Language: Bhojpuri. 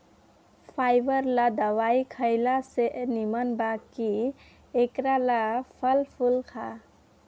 फाइबर ला दवाई खएला से निमन बा कि एकरा ला फल फूल खा